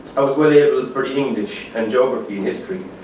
i was well abled for english and geography and history.